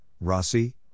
Rossi